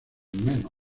meno